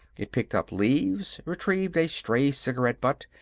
it picked up leaves, retrieved a stray cigarette-butt,